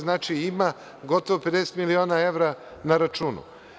Znači, ima gotovo 50 miliona evra na računu.